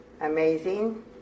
amazing